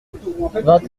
vingt